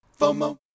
FOMO